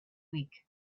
week